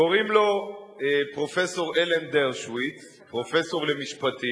קוראים לו פרופסור אלן דרשוביץ, פרופסור למשפטים.